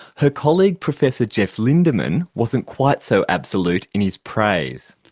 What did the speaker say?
her colleague professor geoff lindeman wasn't quite so absolute in his praise.